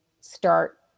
start